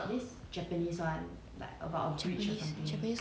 ya I like I like horrors horror films